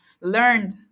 learned